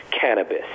cannabis